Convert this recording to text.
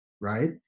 right